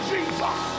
Jesus